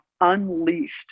unleashed